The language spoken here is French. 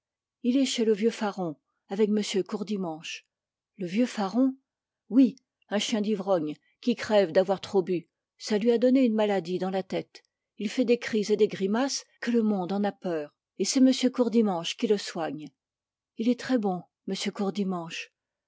il est chez le vieux faron avec m courdimanche le vieux faron oui un chien d'ivrogne qui crève d'avoir trop bu ça lui a donné une maladie dans la tête il fait des cris et des grimaces que le monde en a peur et c'est m courdimanche qui le soigne il est très bon m courdimanche